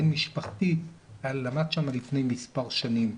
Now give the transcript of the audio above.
בן משפחתי למד שם לפני מספר שנים.